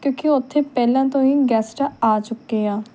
ਕਿਉਂਕਿ ਉੱਥੇ ਪਹਿਲਾਂ ਤੋਂ ਹੀ ਗੈਸਟ ਆ ਚੁੱਕੇ ਆ